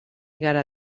gara